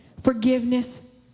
Forgiveness